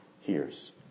hears